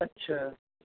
अच्छा